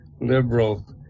liberal